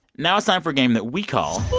now it's time for a game that we call.